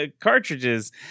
cartridges